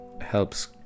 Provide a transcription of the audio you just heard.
helps